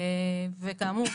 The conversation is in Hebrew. כאמור,